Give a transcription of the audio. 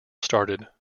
started